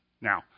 Now